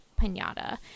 pinata